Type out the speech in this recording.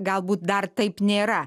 galbūt dar taip nėra